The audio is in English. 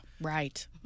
Right